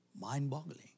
mind-boggling